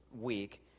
week